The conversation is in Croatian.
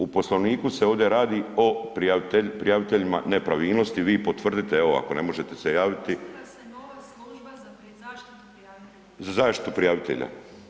U Poslovniku se ovdje radi o prijaviteljima nepravilnosti, vi potvrdite, evo ako ne možete se javiti [[Upadica iz klupe: Osniva se nova služba za zaštitu prijavitelja]] Za zaštitu prijavitelju?